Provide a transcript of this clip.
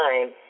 time